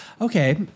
Okay